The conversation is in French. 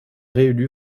réélu